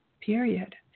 period